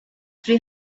three